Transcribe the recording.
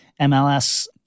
mls